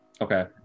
okay